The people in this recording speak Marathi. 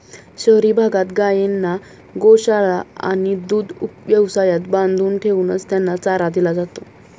शहरी भागात गायींना गोशाळा आणि दुग्ध व्यवसायात बांधून ठेवूनच त्यांना चारा दिला जातो